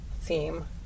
theme